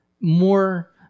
More